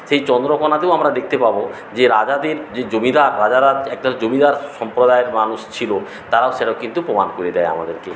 সেই চন্দ্রকোণাতেও আমরা দেখতে পাব যে রাজাদের যে জমিদার রাজারা হচ্ছে একদল জমিদার সম্প্রদায়ের মানুষ ছিল তারাও সেটা কিন্তু প্রমাণ করে দেয় আমাদেরকে